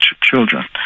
children